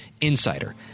insider